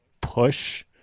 push